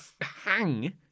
hang